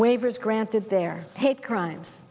waivers granted their hate crimes